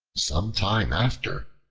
some time after,